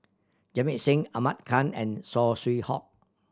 Jamit Singh Ahmad Khan and Saw Swee Hock